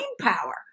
power